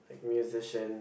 like Musician